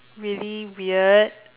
really weird